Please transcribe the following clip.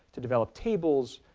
to develop tables,